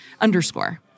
underscore